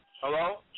Hello